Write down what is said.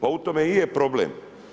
Pa u tome i je problem.